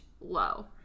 low